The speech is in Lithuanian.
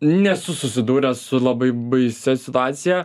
nesu susidūręs su labai baisia situacija